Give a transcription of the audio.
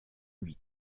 huit